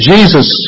Jesus